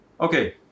Okay